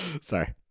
Sorry